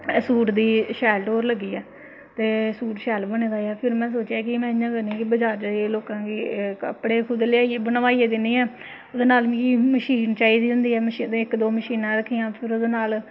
suit दी शैल टौह्र लग्गी ऐ ते सूट शैल बने दा ऐ फिर में सोचेआ कि में इ'यां करनी आं कि बजार जाइयै लोकां गी कपड़े खुद लेआइयै बनवाइयै दिन्नी आं ओह्दे नाल मिगी मशीन चाहिदी होंदी ऐ इक दो मशीनां रक्खी दियां फिर ओह्दे नाल